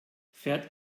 fährt